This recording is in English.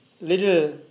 little